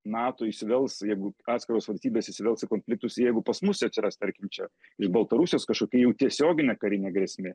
nato įsivels jeigu atskiros valstybės įsivels į konfliktus jeigu pas mus atsiras tarkim čia iš baltarusijos kažkokia jau tiesioginė karinė grėsmė